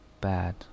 bad